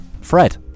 fred